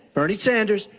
bernie sanders,